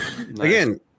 Again